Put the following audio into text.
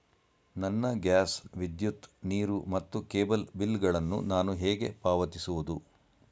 ನನ್ನ ಗ್ಯಾಸ್, ವಿದ್ಯುತ್, ನೀರು ಮತ್ತು ಕೇಬಲ್ ಬಿಲ್ ಗಳನ್ನು ನಾನು ಹೇಗೆ ಪಾವತಿಸುವುದು?